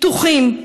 פתוחים,